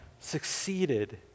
succeeded